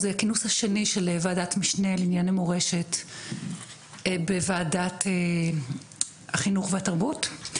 זה הכינוס השני של ועדת משנה לעניין המורשת בוועדת החינוך והתרבות.